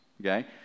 okay